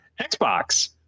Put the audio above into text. xbox